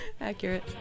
accurate